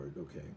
okay